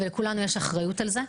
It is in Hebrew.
ולכולנו יש אחריות על זה.